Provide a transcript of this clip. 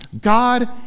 God